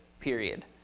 period